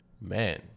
Man